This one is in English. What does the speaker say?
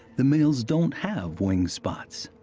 the males don't have wing spots.